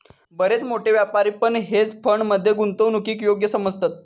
बरेच मोठे व्यापारी पण हेज फंड मध्ये गुंतवणूकीक योग्य समजतत